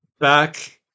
back